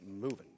moving